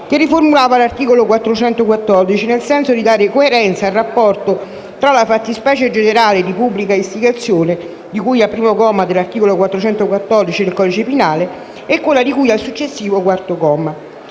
che riformulava l'articolo 414 nel senso di dare coerenza al rapporto tra la fattispecie generale di pubblica istigazione, di cui al primo comma dell'articolo 414 del codice penale, e quella di cui al successivo quarto comma.